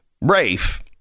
Rafe